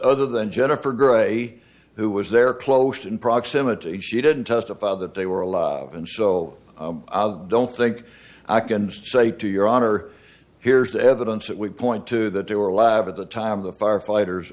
other than jennifer gray who was there close in proximity she didn't testify that they were alive and so i don't think i can just say to your honor here's the evidence that would point to that there were lab at the time the firefighters